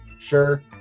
sure